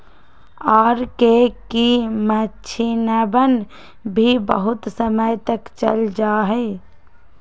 R K की मक्षिणवन भी बहुत समय तक चल जाहई